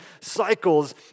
cycles